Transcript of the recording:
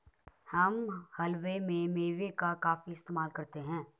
हम हलवे में मेवे का काफी इस्तेमाल करते हैं